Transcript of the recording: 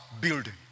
building